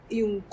yung